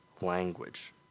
language